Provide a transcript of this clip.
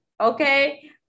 Okay